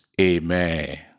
Amen